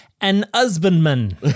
an-husbandman